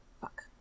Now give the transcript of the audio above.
Fuck